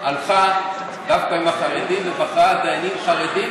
הלכה דווקא עם החרדים ובחרה דיינים חרדים,